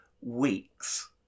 weeks